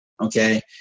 Okay